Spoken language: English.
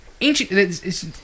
Ancient